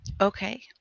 Okay